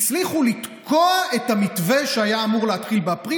הצליחו לתקוע את המתווה שהיה אמור להתחיל באפריל,